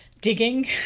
Digging